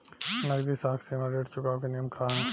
नगदी साख सीमा ऋण चुकावे के नियम का ह?